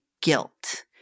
guilt